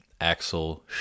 Axel